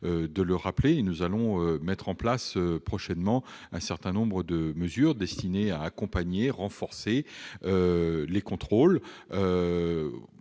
l'avez rappelé. Nous allons mettre en place prochainement un certain nombre de mesures destinées à renforcer les contrôles